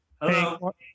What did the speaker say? Hello